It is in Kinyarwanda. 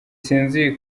sinzi